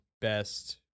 Best